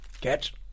Catch